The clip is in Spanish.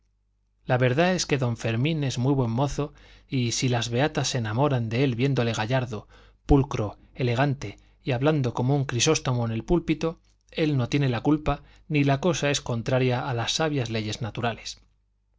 la verdad es que don fermín es muy buen mozo y si las beatas se enamoran de él viéndole gallardo pulcro elegante y hablando como un crisóstomo en el púlpito él no tiene la culpa ni la cosa es contraria a las sabias leyes naturales